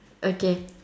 okay